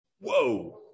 Whoa